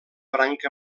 branca